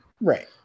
Right